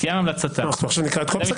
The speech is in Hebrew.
סטייה מהמלצתה" --- אנחנו עכשיו נקרא את כל פסק